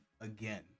again